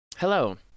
Hello